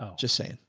ah just saying,